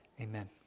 Amen